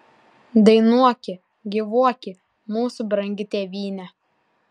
dainuoki gyvuoki mūsų brangi tėvyne